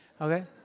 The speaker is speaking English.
okay